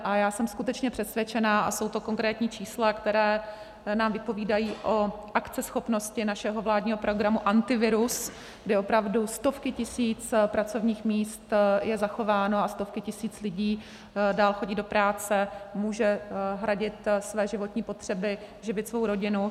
A já jsem skutečně přesvědčená, a jsou to konkrétní čísla, která nám vypovídají o akceschopnosti našeho vládního programu Antivirus, kdy opravdu stovky tisíc pracovních míst je zachováno a stovky tisíc lidí dál chodí do práce, mohou hradit své životní potřeby, živit svou rodinu.